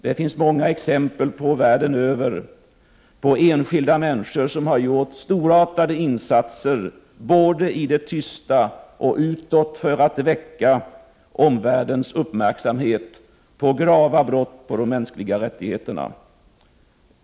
Det finns många exempel världen över på enskilda människor som har gjort storartade insatser både i det tysta och utåt för att väcka omvärldens uppmärksamhet på grava brott mot de mänskliga rättigheterna.